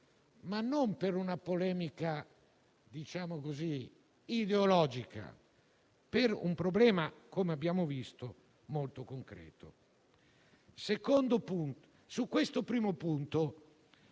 fare della polemica ideologica, ma per un problema che - come abbiamo visto - è molto concreto. Su questo primo punto